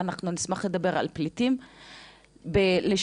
ואנחנו נשמח לדבר על פליטים לשעבר,